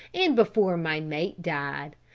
and before my mate died.